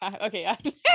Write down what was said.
Okay